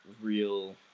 real